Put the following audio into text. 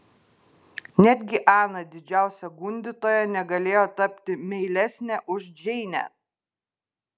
netgi ana didžiausia gundytoja negalėjo tapti meilesnė už džeinę